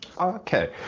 Okay